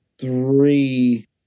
three